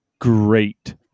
great